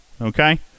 Okay